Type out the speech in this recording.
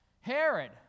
Herod